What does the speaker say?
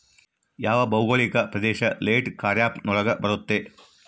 ಯಾವ ಭೌಗೋಳಿಕ ಪ್ರದೇಶ ಲೇಟ್ ಖಾರೇಫ್ ನೊಳಗ ಬರುತ್ತೆ?